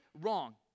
wrong